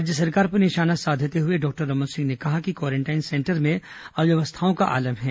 राज्य सरकार पर निशाना साधते हुए डॉक्टर रमन सिंह ने कहा कि क्वारेंटाइन सेंटर में अव्यवस्थाओं का आलम है